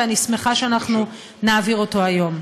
ואני שמחה שאנחנו נעביר אותו היום.